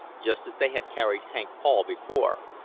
just as they had carried hank paul before.